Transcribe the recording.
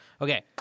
Okay